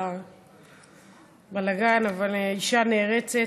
אישה נערצת.